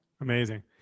Amazing